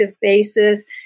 basis